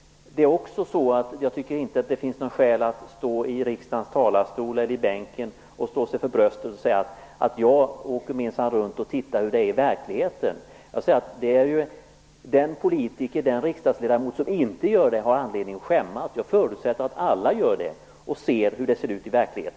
Jag tycker inte heller att det finns något skäl att här i riksdagens kammare stå och slå sig för bröstet och säga att man minsann åker runt och tittar hur det är i verkligheten. Jag skulle vilja säga att den riksdagsledamot som inte gör det har anledning att skämmas. Jag förutsätter att alla gör det.